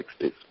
60s